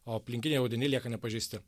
o aplinkiniai audiniai lieka nepažeisti